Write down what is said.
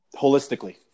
holistically